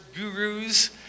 gurus